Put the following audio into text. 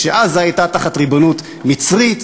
כשעזה הייתה תחת ריבונות מצרית,